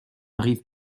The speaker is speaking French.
arrive